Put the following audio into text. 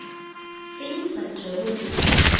பின்பற்றவும்